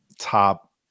top